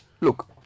look